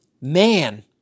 man